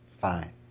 fine